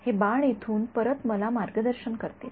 हे बाण इथून परत मला मार्गदर्शन करतील